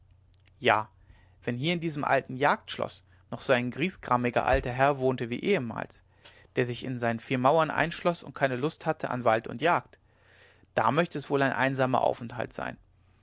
ja wenn hier in diesem alten jagdschloß noch so ein griesgramiger alter herr wohnte wie ehemals der sich in seinen vier mauern einschloß und keine lust hatte an wald und jagd da möchte es wohl ein einsamer aufenthalt sein